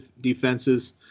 defenses